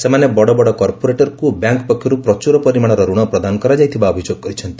ସେମାନେ ବଡ଼ବଡ଼ କର୍ପୋରେଟ୍କୁ ବ୍ୟାଙ୍କ ପକ୍ଷରୁ ପ୍ରଚୁର ପରିମାଣର ଋଣ ପ୍ରଦାନ କରାଯାଇଥିବା ଅଭିଯୋଗ କରିଛନ୍ତି